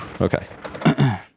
Okay